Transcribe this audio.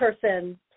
person